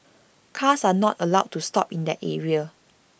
cars are not allowed to stop in that area